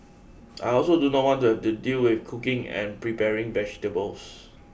I also do not want to have to deal with cooking and preparing vegetables